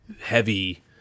heavy